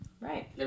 Right